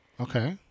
okay